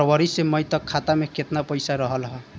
फरवरी से मई तक खाता में केतना पईसा रहल ह?